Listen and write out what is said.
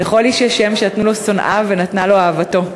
לכל איש יש שם/ שנתנו לו שונאיו/ ונתנה לו אהבתו.